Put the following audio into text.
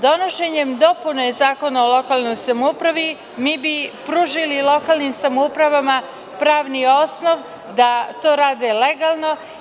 Donošenjem dopuna Zakona o lokalnoj samoupravi mi bi pružili samoupravama pravni osnov da to rade legalno.